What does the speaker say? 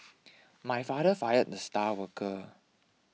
my father fired the star worker